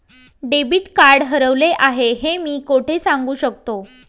Debit card हरवले आहे हे मी कोठे सांगू शकतो?